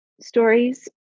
stories